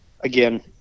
again